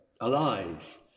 alive